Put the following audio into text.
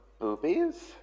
Boobies